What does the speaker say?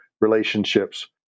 relationships